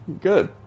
Good